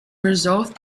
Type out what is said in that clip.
resolved